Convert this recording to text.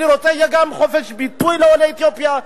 אני רוצה שיהיה גם חופש ביטוי לעולי אתיופיה,